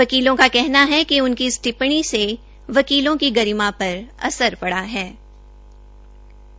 वकीलों का कहना है कि उनकी इस टिप्पणी से वकीलों की गरिमा पर असर पडा ाहै